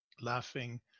laughing